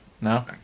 No